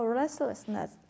restlessness